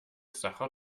sacher